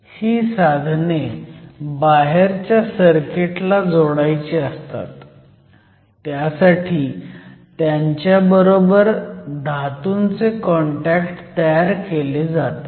ही साधने बाहेरच्या सर्किटला जोडायची असतात त्यासाठी त्यांच्याबबरोबर धातूंचे कॉन्टॅक्ट तयार केले जातात